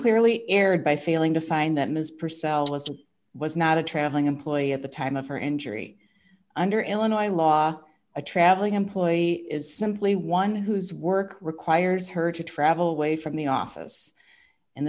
clearly erred by failing to find that ms purcell list was not a traveling employee at the time of her injury under illinois law a traveling employee is simply one whose work requires her to travel away from the office in